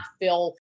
feel